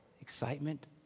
Excitement